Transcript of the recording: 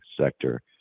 sector